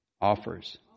offers